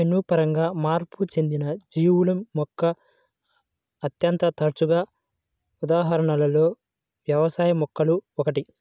జన్యుపరంగా మార్పు చెందిన జీవుల యొక్క అత్యంత తరచుగా ఉదాహరణలలో వ్యవసాయ మొక్కలు ఒకటి